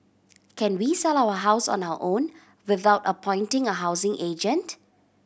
can we sell our house on our own without appointing a housing agent